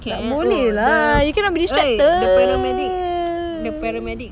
tak boleh lah you cannot be distracted